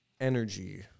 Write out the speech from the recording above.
energy